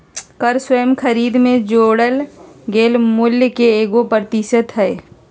कर स्वयं खरीद में जोड़ल गेल मूल्य के एगो प्रतिशत हइ